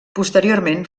posteriorment